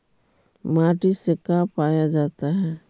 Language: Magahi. माटी से का पाया जाता है?